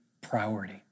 priority